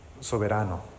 soberano